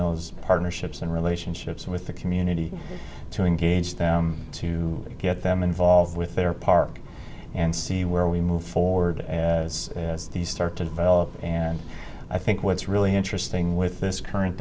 those partnerships and relationships with the community to engage them to get them involved with their power and see where we move forward as these start to develop and i think what's really interesting with this current